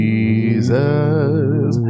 Jesus